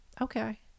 okay